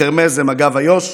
בחרמש זה מג"ב איו"ש,